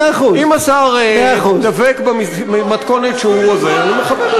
אם השר דבק במתכונת שהוא, אני מכבד את זה.